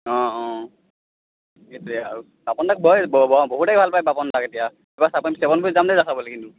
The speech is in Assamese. অঁ অঁ সেইটোৱেই আৰু পাপন দাক বহুতে ভাল পায় পাপন দাক এতিয়া এইবাৰ চাব চেপন বিহুত যাম দেই চাবলৈ কিন্তু